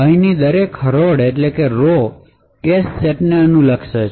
અહીંની દરેક હરોળ કેશ સેટને અનુલક્ષે છે